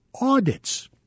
audits